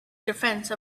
defense